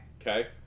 okay